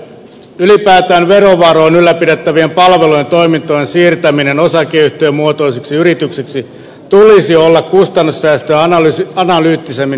ylipäätään verovaroin ylläpidettävien palvelujen toimintojen siirtäminen osakeyhtiömuotoisiksi yrityksiksi tulisi olla kustannussäästöä analyyttisemmin perusteltua